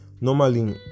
Normally